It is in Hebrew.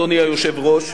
אדוני היושב-ראש.